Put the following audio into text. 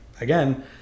Again